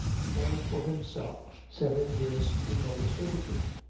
to earn for himself seven years' penal servitude.